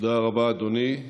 תודה רבה, אדוני.